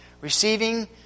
receiving